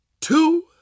two